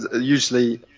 usually